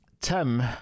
Tim